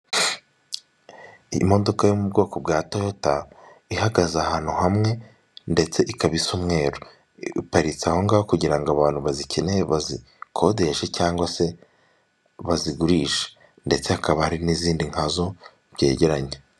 Imodoka yo mu bwoko bwa toyota ihagaze ahantu hamwe ndetse ikaba isa umweru iparitse ahongaho kugira ngo abantu bazikeneye bazikodeshe cyangwa se bazigurishe ndetse hakaba hari n'izindi nkazo byegeranye.